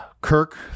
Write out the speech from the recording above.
kirk